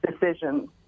decisions